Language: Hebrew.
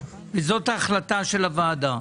וזאת ההחלטה של הוועדה,